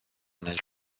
nel